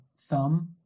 thumb